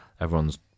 Everyone's